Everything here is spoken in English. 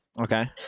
Okay